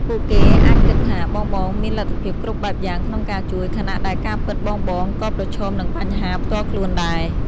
ពួកគេអាចគិតថាបងៗមានលទ្ធភាពគ្រប់បែបយ៉ាងក្នុងការជួយ ខណៈដែលការពិតបងៗក៏ប្រឈមនឹងបញ្ហាផ្ទាល់ខ្លួនដែរ។